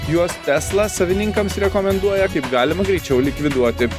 juos tesla savininkams rekomenduoja kaip galima greičiau likviduoti